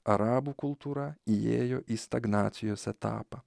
arabų kultūra įėjo į stagnacijos etapą